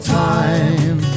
time